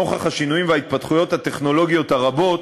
נוכח השינויים וההתפתחויות הטכנולוגיות הרבות,